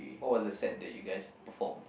what was the set that you guys perform